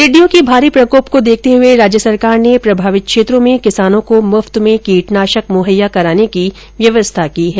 टिड्डियों के भारी प्रकोप को देखते हुए राज्य सरकार ने प्रभावित क्षेत्रों में किसानों को मुफ्त में कीटनाशक मुहैया कराने की व्यवस्था की है